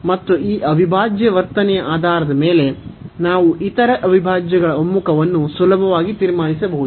ಮತ್ತು ಈ ಅವಿಭಾಜ್ಯ ವರ್ತನೆಯ ಆಧಾರದ ಮೇಲೆ ನಾವು ಇತರ ಅವಿಭಾಜ್ಯಗಳ ಒಮ್ಮುಖವನ್ನು ಸುಲಭವಾಗಿ ತೀರ್ಮಾನಿಸಬಹುದು